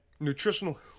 Nutritional